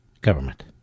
government